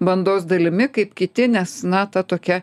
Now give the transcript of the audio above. bandos dalimi kaip kiti nes na ta tokia